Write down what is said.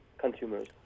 consumers